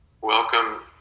welcome